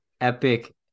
epic